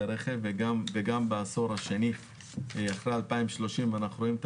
הרכב וגם בעשור השני אחרי 2030 אנחנו רואים את